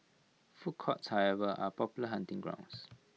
food courts however are popular hunting grounds